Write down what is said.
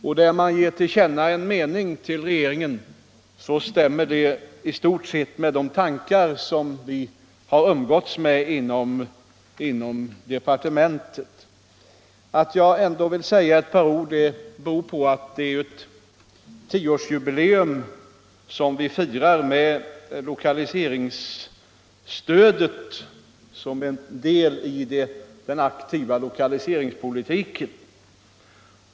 När utskottet vill att riksdagen skall ge regeringen en mening till känna stämmer den i stort sett med de tankar som vi har umgåtts med inom departementet. Att jag ändå vill säga några ord beror på att vi nu firar tioårsjubileum för lokaliseringsstödet som en del av den aktiva lokaliseringspolitiken.